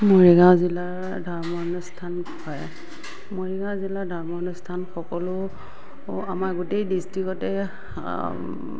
মৰিগাঁও জিলাৰ ধৰ্ম অনুষ্ঠান হয় মৰিগাঁও জিলাৰ ধৰ্ম অনুষ্ঠান সকলো আমাৰ গোটেই ডিষ্টিকতে